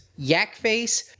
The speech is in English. Yakface